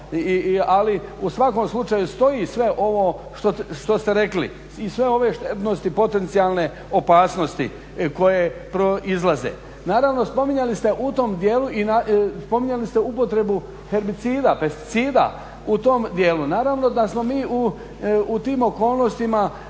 Ali u svakom slučaju stoji sve ovo što ste rekli i sve ove štetnosti potencijalne opasnosti koje proizlaze. Naravno spominjali ste u tom dijelu i spominjali ste upotrebu herbicida, pesticida u tom dijelu. Naravno da smo mi u tim okolnostima